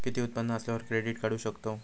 किती उत्पन्न असल्यावर क्रेडीट काढू शकतव?